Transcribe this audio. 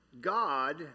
God